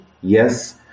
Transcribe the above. yes